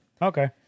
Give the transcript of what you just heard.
Okay